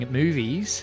movies